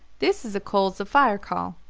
this is a coals-of-fire call.